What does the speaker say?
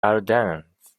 ardennes